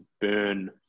burn